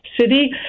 city